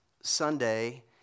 Sunday